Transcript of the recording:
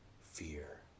fear